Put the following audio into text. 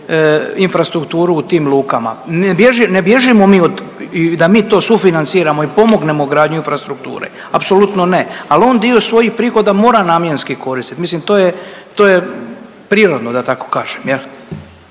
infrastrukturu u tim lukama. Ne, ne bježimo mi od i da mi to sufinanciramo i pomognemo gradnju infrastrukture, apsolutno ne, ali on dio svojih prihoda mora namjenski koristiti. Mislim to je, to je prirodno da tako kažem